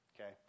Okay